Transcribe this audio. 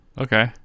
Okay